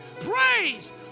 praise